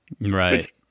right